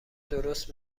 درست